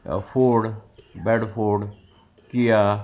ford bad-ford Kia